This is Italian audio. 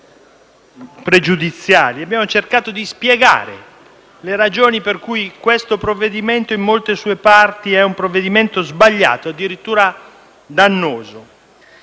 Abbiamo cercato di spiegare le ragioni per cui questo provvedimento in molte sue parti è sbagliato, addirittura dannoso.